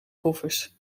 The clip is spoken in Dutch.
koffers